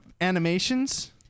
animations